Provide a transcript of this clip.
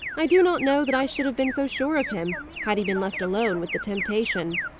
i do not know that i should have been so sure of him, had he been left alone with the temptation.